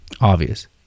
obvious